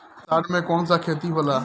अषाढ़ मे कौन सा खेती होला?